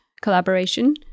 collaboration